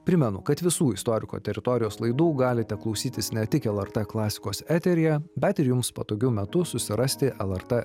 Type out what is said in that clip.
primenu kad visų istoriko teritorijos laidų galite klausytis ne tik lrt klasikos eteryje bet ir jums patogiu metu susirasti lrt